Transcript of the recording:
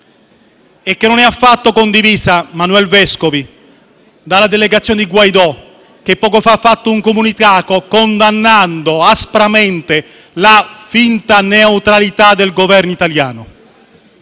- mi rivolgo al collega Manuel Vescovi - dalla delegazione di Guaidó, che poco fa ha fatto un comunicato condannando aspramente la finta neutralità del Governo italiano: